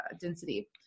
density